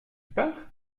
pars